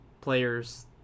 players